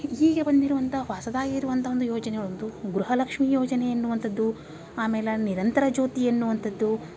ಹೀಗೆ ಬಂದಿರುವಂಥ ಹೊಸದಾಗಿರುವಂಥ ಒಂದು ಯೋಜನೆಯೊಂದು ಗೃಹಲಕ್ಷ್ಮಿ ಯೋಜನೆ ಎನ್ನುವಂಥದ್ದು ಆಮೇಲೆ ನಿರಂತರ ಜ್ಯೋತಿ ಎನ್ನುವಂಥದ್ದು